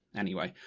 anyway,